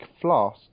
Flask